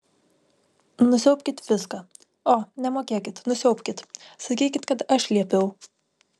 nusiaubkit viską o nemokėkit nusiaubkit sakykit kad aš liepiau